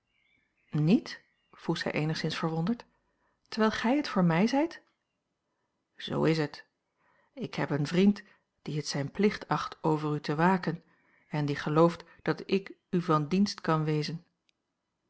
niet vroeg zij eenigszins verwonderd terwijl gij het voor mij zijt zoo is het ik heb een vriend die het zijn plicht acht over u te waken en die gelooft dat ik u van dienst kan wezen